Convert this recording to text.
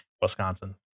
Wisconsin